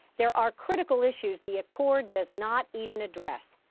there are critical issues the accord does not even address.